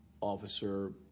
officer